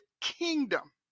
kingdom